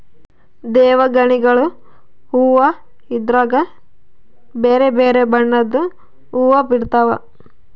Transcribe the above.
ದೇವಗಣಿಗಲು ಹೂವ್ವ ಇದ್ರಗ ಬೆರೆ ಬೆರೆ ಬಣ್ಣದ್ವು ಹುವ್ವ ಬಿಡ್ತವಾ